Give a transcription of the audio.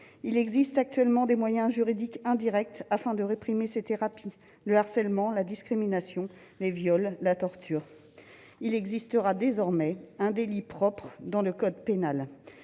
Il existe actuellement des moyens juridiques indirects pour réprimer ces thérapies : le harcèlement, la discrimination, le viol, la torture. Il existera désormais un délit spécifique dans le code pénal,